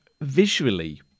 visually